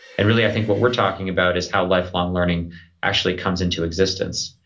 and really i think what we're talking about is how lifelong learning actually comes into existence.